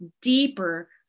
deeper